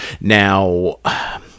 Now